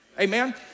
Amen